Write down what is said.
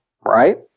right